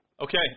Okay